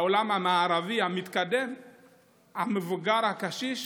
בעולם המערבי המתקדם המבוגר, הקשיש